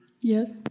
Yes